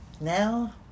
now